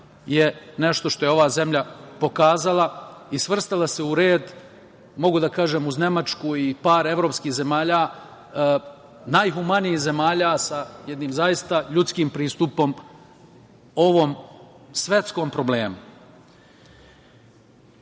je nešto što je ova zemlja pokazala i svrstala se u red, mogu da kažem, uz Nemačku i par evropskih zemalja, najhumanijih zemalja sa jednim zaista ljudskim pristupom ovom svetskom problemu. Rekoh,